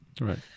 Right